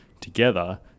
together